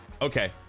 okay